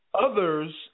others